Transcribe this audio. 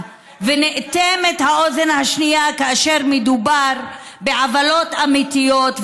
והאוזן השנייה נאטמת כאשר מדובר בעוולות אמיתיות,